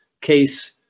case